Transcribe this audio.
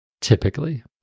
typically